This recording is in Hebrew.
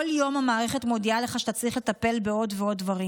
כל יום המערכת מודיעה לך שאתה צריך לטפל בעוד ועוד דברים.